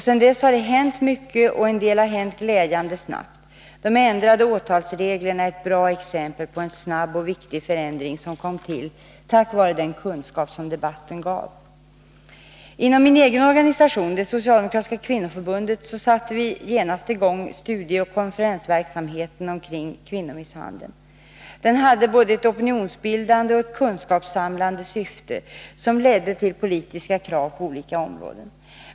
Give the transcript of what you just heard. Sedan dess har det hänt mycket, och en del har hänt glädjande snabbt. De ändrade åtalsreglerna är ett bra exempel på en snabb och viktig förändring, som kom till tack vare den kunskap som debatten gav. Inom min egen organisation, det socialdemokratiska kvinnoförbundet, satte vi genast i gång studieoch konferensverksamheten kring kvinnomisshandeln. Den hade både ett opinionsbildande och ett kunskapssamlande syfte, som ledde till politiska krav på olika områden.